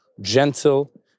gentle